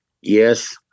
Yes